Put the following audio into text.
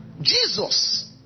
Jesus